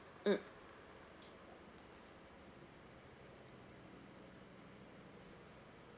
mm